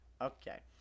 Okay